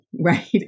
right